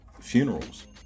funerals